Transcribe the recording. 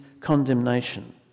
condemnation